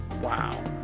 wow